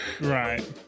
Right